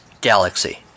galaxy